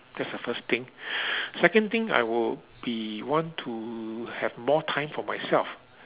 that's the first thing second thing I would be want to have more time for myself